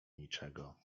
niczego